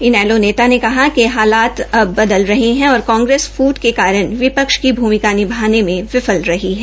इनेलो नेता ने कहा कि हालात अब बदल रहे है और कांग्रेस फूट के कारण विपक्ष की भमिका निभाने में विफल रही है